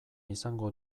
izango